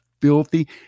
filthy